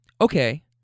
Okay